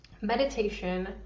meditation